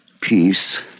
peace